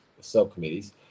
subcommittees